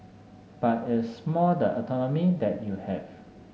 but it's more the autonomy that you have